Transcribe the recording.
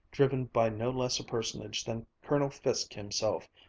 driven by no less a personage than colonel fiske himself,